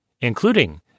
including